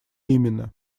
именно